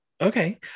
okay